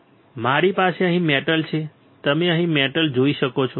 પછી મારી પાસે અહીં મેટલ છે તમે અહીં મેટલ જોઈ શકો છો